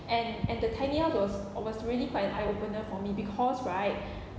and and the tiny house was was really quite an eye opener for me because right